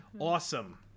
Awesome